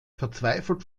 verzweifelt